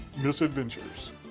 misadventures